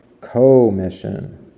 commission